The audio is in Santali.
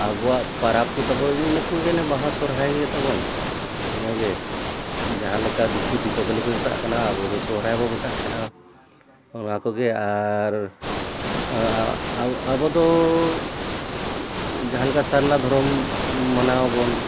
ᱟᱵᱚᱣᱟᱜ ᱯᱟᱨᱟᱵᱽ ᱛᱮ ᱛᱟᱵᱚᱱ ᱤᱱᱟᱹ ᱠᱚᱜᱮ ᱵᱟᱦᱟ ᱥᱚᱨᱦᱟᱭ ᱜᱮᱛᱟᱵᱚᱱ ᱤᱱᱟᱹᱜᱮ ᱡᱟᱦᱟᱸ ᱞᱮᱠᱟ ᱫᱤᱠᱩ ᱫᱤᱯᱟᱵᱟᱹᱞᱤ ᱠᱚ ᱢᱮᱛᱟᱜ ᱠᱟᱱᱟ ᱟᱵᱚ ᱫᱚ ᱥᱚᱦᱨᱟᱭ ᱵᱚᱱ ᱢᱮᱛᱟᱜ ᱠᱟᱱᱟ ᱚᱱᱟ ᱠᱚᱜᱮ ᱟᱨ ᱟᱵᱚ ᱫᱚ ᱡᱟᱦᱟᱸ ᱞᱮᱠᱟ ᱥᱟᱨᱱᱟ ᱫᱷᱚᱨᱚᱢ ᱢᱟᱱᱟᱣ ᱵᱚᱱ